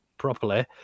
Properly